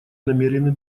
намерены